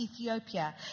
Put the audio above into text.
Ethiopia